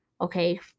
Okay